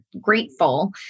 grateful